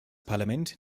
parlament